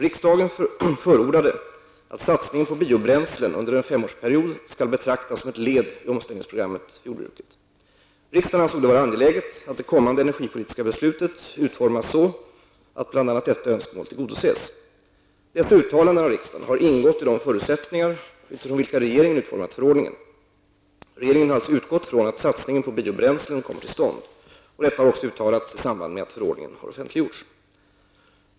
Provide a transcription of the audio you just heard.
Riksdagen förordade att satsningen på biobränslen under en femårsperiod skall betraktas som ett led i omställningsprogrammet för jordbruket. Riksdagen ansåg det vara angeläget att det kommande energipolitiska beslutet utformas så att bl.a. detta önskemål tillgodoses. Dessa uttalanden av riksdagen har ingått i de förutsättningar utifrån vilka regeringen utformat förordningen. Regeringen har alltså utgått från att satsningen på biobränslen kommer till stånd. Detta har också uttalats i samband med att förordningen offentliggjordes.